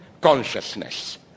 consciousness